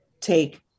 take